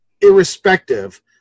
irrespective